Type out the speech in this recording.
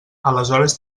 aleshores